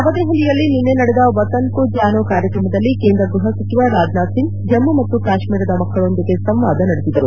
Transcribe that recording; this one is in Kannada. ನವದೆಹಲಿಯಲ್ಲಿ ನಿನ್ನೆ ನಡೆದ ವತನ್ ಕೋ ಜಾನೋ ಕಾರ್ಯಕ್ರಮದಲ್ಲಿ ಕೇಂದ್ರ ಗೃಹಸಚಿವ ರಾಜನಾಥ್ಸಿಂಗ್ ಜಮ್ನು ಮತ್ತು ಕಾಶ್ಮೀರದ ಮಕ್ಕಳೊಂದಿಗೆ ಸಂವಾದ ನಡೆಸಿದರು